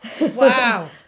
Wow